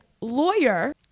lawyer